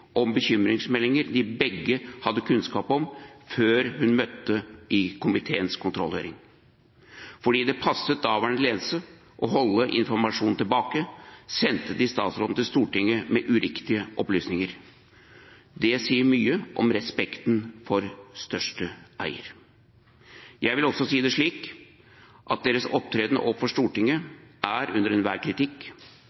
om bekymringsmeldinger de begge hadde kunnskap om, før hun møtte i komiteens kontrollhøring. Fordi det passet den daværende ledelsen å holde informasjonen tilbake, sendte de statsråden til Stortinget med uriktige opplysninger. Det sier mye om respekten for største eier. Jeg vil også si det slik at deres opptreden overfor Stortinget